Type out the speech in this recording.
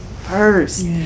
first